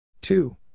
Two